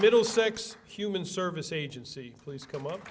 middle six human service agency please come up